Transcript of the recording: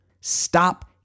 Stop